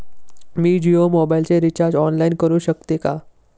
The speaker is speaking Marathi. मी जियो मोबाइलचे रिचार्ज ऑनलाइन करू शकते का?